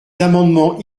amendements